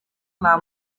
nta